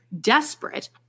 desperate